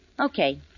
Okay